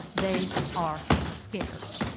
they are scared.